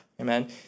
Amen